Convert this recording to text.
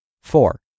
Four